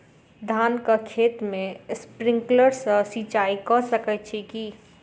धानक खेत मे स्प्रिंकलर सँ सिंचाईं कऽ सकैत छी की?